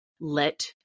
let